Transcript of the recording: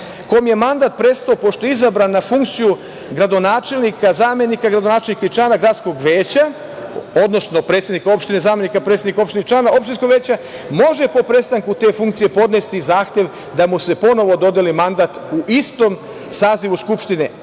kom je mandat prestao pošto je izabran na funkciju gradonačelnika, zamenika gradonačelnika i člana gradskog veća, odnosno predsednik opštine, zamenik predsednika opštine i člana opštinskog veća, može po prestanku te funkcije podneti zahtev da mu se ponovo dodeli mandat u istom sazivu Skupštine